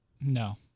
No